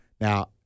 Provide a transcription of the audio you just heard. now